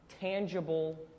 tangible